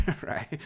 Right